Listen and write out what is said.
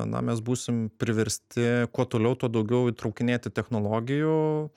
na mes būsim priversti kuo toliau tuo daugiau įtraukinėti technologijų